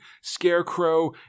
scarecrow